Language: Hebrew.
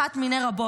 אחת מני רבות,